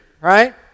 right